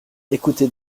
écoutez